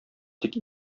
тик